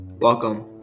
Welcome